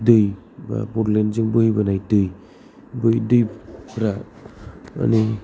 दै बा बड'लेण्डजों बोहैबोनाय दै बै दैफ्रा माने